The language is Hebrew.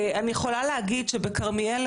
אני יכולה להגיד שבכרמיאל,